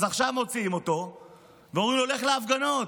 אז עכשיו מוציאים אותו ואומרים לו: לך להפגנות,